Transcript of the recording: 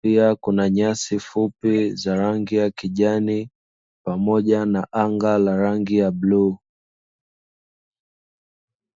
pia kuna nyasi fupi za rangi ya kijani pamoja na anga la rangi ya bluu.